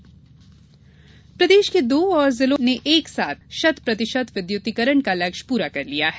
बिजली योजना प्रदेश के दो और जिलों ने एक साथ शत प्रतिशत विद्युतीकरण का लक्ष्य पूरा कर लिया है